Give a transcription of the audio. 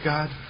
God